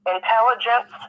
intelligence